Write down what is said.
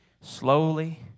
Slowly